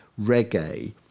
reggae